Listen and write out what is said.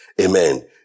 Amen